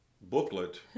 booklet